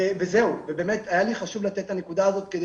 היה לי חשוב לתת את הנקודה הזאת כדי